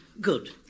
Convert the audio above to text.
Good